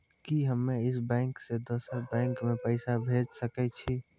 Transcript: कि हम्मे इस बैंक सें दोसर बैंक मे पैसा भेज सकै छी?